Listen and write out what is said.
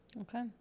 Okay